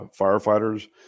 firefighters